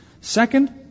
Second